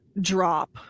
drop